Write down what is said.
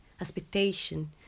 expectation